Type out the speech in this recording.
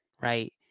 right